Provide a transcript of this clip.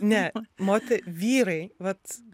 ne mote vyrai vat